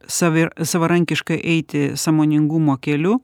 save savarankiškai eiti sąmoningumo keliu